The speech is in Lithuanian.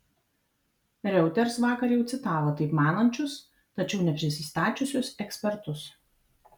reuters vakar jau citavo taip manančius tačiau neprisistačiusius ekspertus